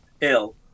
ill